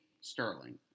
Sterling